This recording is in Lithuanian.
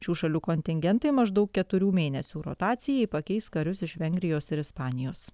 šių šalių kontingentai maždaug keturių mėnesių rotacijai pakeis karius iš vengrijos ir ispanijos